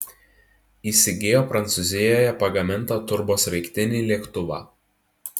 įsigijo prancūzijoje pagamintą turbosraigtinį lėktuvą